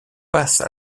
passe